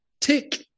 Tick